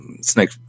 snake